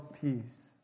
peace